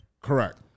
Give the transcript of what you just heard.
Correct